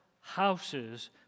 houses